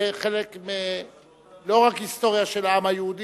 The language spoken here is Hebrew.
זה לא רק חלק מההיסטוריה של העם היהודי,